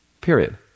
Period